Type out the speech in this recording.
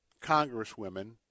congresswomen